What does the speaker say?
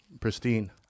Pristine